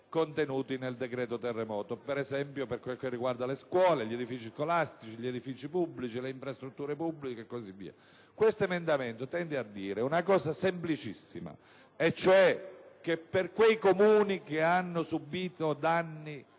contenuti nel decreto per il terremoto, per esempio per quel che riguarda gli edifici scolastici, gli edifici pubblici, le infrastrutture pubbliche e cosıvia. Questo emendamento tende a stabilire una cosa semplicissima: per quei Comuni che hanno subıto danni